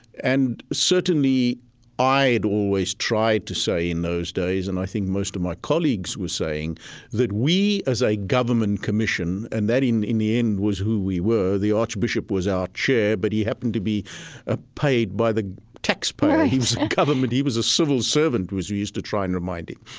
and certainly i'd always try to say in those days, and i think most of my colleagues were saying that we as a government commission and that in in the end was who we were. the archbishop was our chair, but he happened to be ah paid by the taxpayers. he was in government, he was a civil servant, as we used to try and remind him.